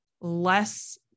less